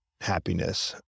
happiness